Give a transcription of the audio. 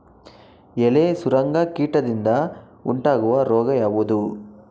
ಎಲೆ ಸುರಂಗ ಕೀಟದಿಂದ ಉಂಟಾಗುವ ರೋಗ ಯಾವುದು?